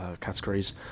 categories